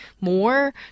more